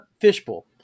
fishbowl